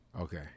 Okay